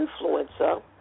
influencer